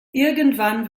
irgendwann